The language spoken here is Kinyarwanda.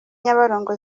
nyabarongo